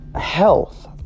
health